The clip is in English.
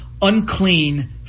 unclean